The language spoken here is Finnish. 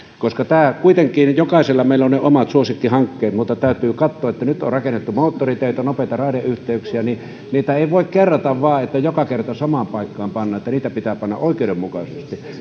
kuitenkin jokaisella meistä on ne omat suosikkihankkeet mutta täytyy katsoa niin että kun nyt on rakennettu moottoriteitä nopeita raideyhteyksiä niin niitä ei voi vain kerrata niin että joka kerta rahoja pannaan samaan paikkaan niitä pitää panna